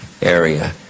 area